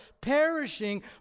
perishing